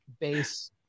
base